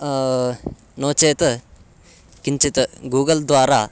नो चेत् किञ्चित् गूगल् द्वारा